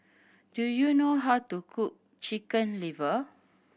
do you know how to cook Chicken Liver